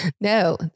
no